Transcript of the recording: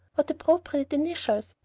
what appropriate initials!